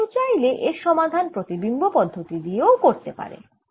তাই কেউ চাইলে এর সমাধান প্রতিবিম্ব পদ্ধতি দিয়ে করতেই পারে